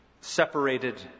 separated